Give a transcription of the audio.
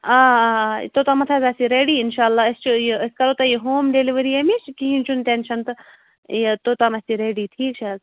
آ آ آ توٚتامَتھ حظ اَسہِ یہِ رَیٚڈِی اِنشاء اللہ أسۍ چھِ یہِ أسۍ کَرو تۄہہِ یہِ ہوم ڈیٚلِؤری ییٚمِچ کِہیٖنۍ چھُنہٕ ٹٮ۪نشَن تہٕ یہِ توٚتام اَسہِ یہِ رَیٚڈِی ٹھیٖک چھِ حظ